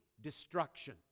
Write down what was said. destruction